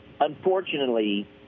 Unfortunately